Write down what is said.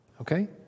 Okay